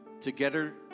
together